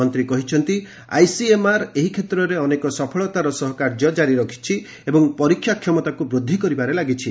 ମନ୍ତ୍ରୀ କହିଛନ୍ତି ଆଇସିଏମ୍ଆର୍ ଏହି କ୍ଷେତ୍ରରେ ଅନେକ ସଫଳତାର ସହ କାର୍ଯ୍ୟ ଜାରି ରଖିଛି ଏବଂ ପରୀକ୍ଷା କ୍ଷମତାକ୍ୱ ବୃଦ୍ଧି କରିବାରେ ଲାଗିଛି